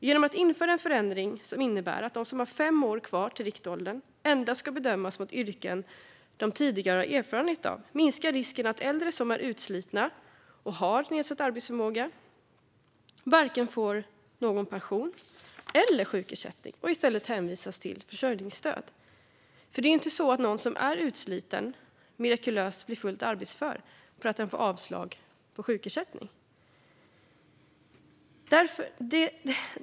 Genom att införa en förändring som innebär att de som har fem år kvar till riktåldern endast ska bedömas mot yrken de tidigare har erfarenhet av minskar risken att äldre som är utslitna och som har nedsatt arbetsförmåga varken får pension eller sjukersättning utan i stället hänvisas till försörjningsstöd. Det är ju inte så att någon som är utsliten mirakulöst blir fullt arbetsför för att den får avslag på sin ansökan om sjukersättning.